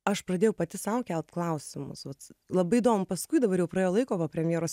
aš pradėjau pati sau kelt klausimus vat labai įdomu paskui dabar jau praėjo laiko po premjeros